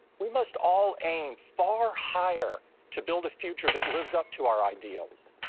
we must all aim far higher to build a future that lives up to our ideals.